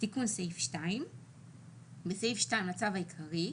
2.תיקון סעיף 2 בסעיף 2 לצו העיקרי,